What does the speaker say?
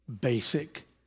basic